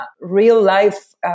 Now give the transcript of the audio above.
real-life